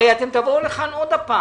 הרי תבואו לכאן שוב.